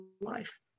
life